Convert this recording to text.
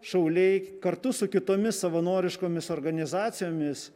šauliai kartu su kitomis savanoriškomis organizacijomis